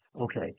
okay